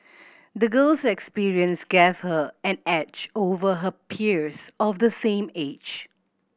the girl's experience gave her an edge over her peers of the same age